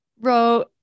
wrote